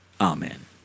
Amen